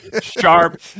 sharp